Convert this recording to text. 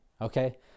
okay